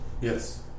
Yes